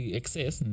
excess